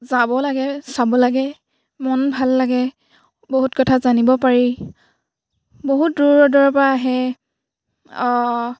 যাব লাগে চাব লাগে মন ভাল লাগে বহুত কথা জানিব পাৰি বহুত দূৰ দূৰৰ পৰা আহে